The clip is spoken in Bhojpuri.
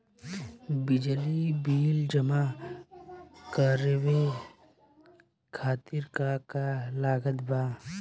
बिजली बिल जमा करावे खातिर का का लागत बा?